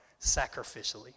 sacrificially